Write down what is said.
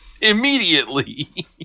Immediately